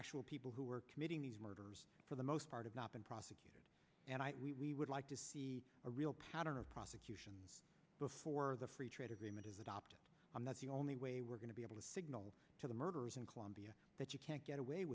actual people who are committing these murders for the most part of not been prosecuted and we would like to see a real pattern of prosecutions before the free trade agreement is adopted i'm not the only way we're going to be able to signal to the murderers in colombia that you can't get away